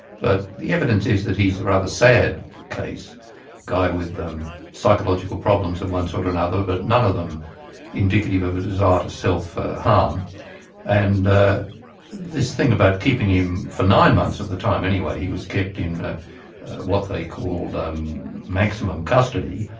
but the evidence is that he's a rather sad case a guy with psychological problems of one sort or another, but none of them indicative of a desire to self-harm. um and ah this thing about keeping him for nine months of the time, anyway, he was kept in what they called um maximum custody,